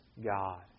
God